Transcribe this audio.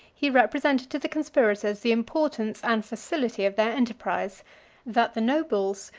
he represented to the conspirators the importance and facility of their enterprise that the nobles,